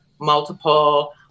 multiple